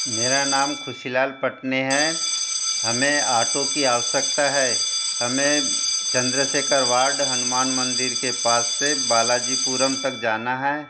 मेरा नाम ख़ुशीलाल पटने है हमें आटो की आवश्यकता है हमें चंद्रशेखर वार्ड हनुमान मंदिर के पास से बालाजीपुरम तक जाना है